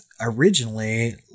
originally